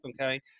okay